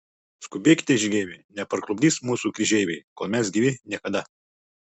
skubėkite žygeiviai neparklupdys mūsų kryžeiviai kol mes gyvi niekada